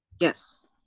Yes